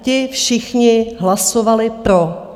Ti všichni hlasovali pro.